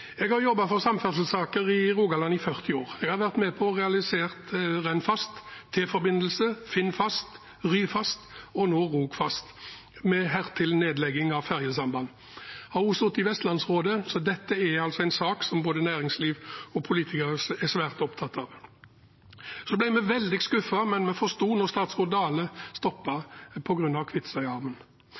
Jeg har jobbet med samferdselssaker i Rogaland i 40 år. Jeg har vært med på å realisere Rennfast, T-forbindelse, Finnfast, Ryfast og nå Rogfast – med hertil nedleggelse av ferjesamband. Jeg har også sittet i Vestlandsrådet, og dette er altså en sak som både næringsliv og politikere er svært opptatt av. Vi ble veldig skuffet, men vi forsto at statsråd Dale